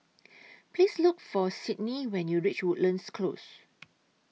Please Look For Sydnee when YOU REACH Woodlands Close